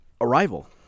Arrival